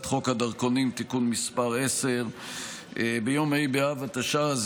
חוק הדרכונים (תיקון מס' 10). ביום הי באב התשע"ז,